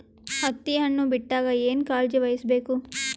ಹತ್ತಿ ಹಣ್ಣು ಬಿಟ್ಟಾಗ ಏನ ಕಾಳಜಿ ವಹಿಸ ಬೇಕು?